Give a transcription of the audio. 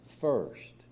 first